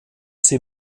sie